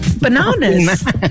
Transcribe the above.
bananas